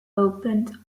opened